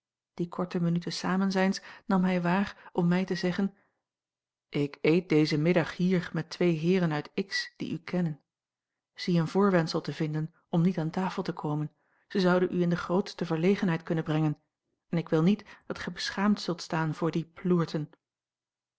die korte minuten samenzijns nam hij waar om mij te zeggen ik eet dezen middag hier met twee heeren uit x die u kennen zie een voorwendsel te vinden om niet aan tafel te komen zij zouden u in de grootste verlegenheid kunnen brengen en ik wil niet dat gij beschaamd zult staan voor die ploerten